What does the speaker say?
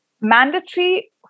mandatory